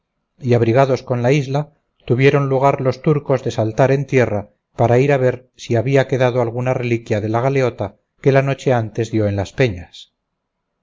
y abrigados con la isla tuvieron lugar los turcos de saltar en tierra para ir a ver si había quedado alguna reliquia de la galeota que la noche antes dio en las peñas